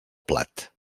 plat